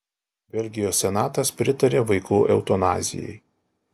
belgijos senatas pritarė vaikų eutanazijai